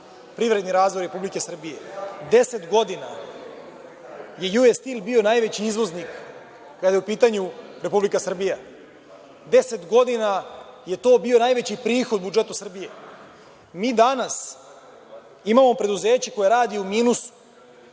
privredni razvoj Republike Srbije. Deset godina je „Ju Es Stil“ bio najveći izvoznik kada je u pitanju Republika Srbija. Deset godina je to bio najveći prihod budžetu Srbije. Mi danas imamo preduzeće koje radi u minusu